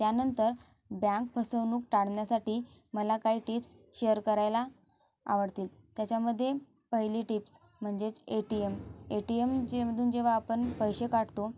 त्यानंतर बँक फसवणूक टाळण्यासाठी मला काही टिप्स शेअर करायला आवडतील त्याच्यामध्ये पहिली टिप्स म्हणजेच A T M A T M जे मधून जेव्हा आपण पैसे काढतो